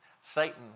Satan